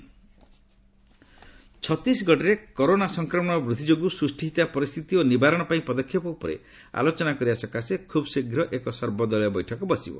Chhattisgarh all party meeting ଛତିଶଗଡରେ corona ସଂକ୍ରମଣ ବୃଦ୍ଧି ଯୋଗୁଁ ସୃଷ୍ଟି ହୋଇଥିବା ପରିସ୍ଥିତି ଓ ନିବାରଣ ପାଇଁ ପଦକ୍ଷେପ ଉପରେ ଆଲୋଚନା କରିବା ସକାଶେ ଖୁବ୍ଶୀଘ୍ର ଏକ ସର୍ବଦଳୀୟ ବୈଠକ ବସିବ